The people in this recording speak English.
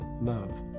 love